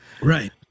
right